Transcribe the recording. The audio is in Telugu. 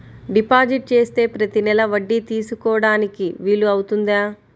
డిపాజిట్ చేస్తే ప్రతి నెల వడ్డీ తీసుకోవడానికి వీలు అవుతుందా?